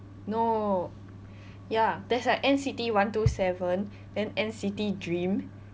no ya there's like N_C_T one two seven and N_C_T dream